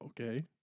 Okay